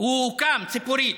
הוא הוקם, ציפורית,